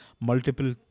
multiple